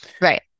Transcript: right